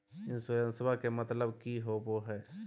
इंसोरेंसेबा के मतलब की होवे है?